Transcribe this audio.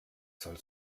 soll